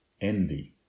envy